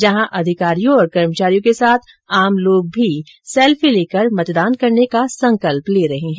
जहां अधिकारियों और कर्मचारियों के साथ आम लोग भी सैल्फी लेकर मतदान करने का संकल्प ले रहे हैं